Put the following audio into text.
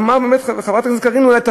אמרה חברת הכנסת קארין אלהרר,